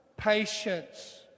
Patience